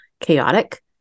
chaotic